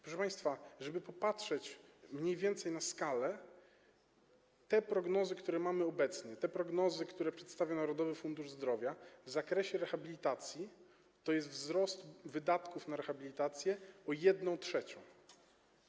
Proszę państwa, żeby popatrzeć mniej więcej na skalę, te prognozy, które mamy obecnie, te prognozy, które przedstawia Narodowy Fundusz Zdrowia w zakresie rehabilitacji, to jest wzrost wydatków na rehabilitację o 1/3.